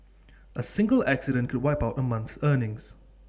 A single accident could wipe out A month's earnings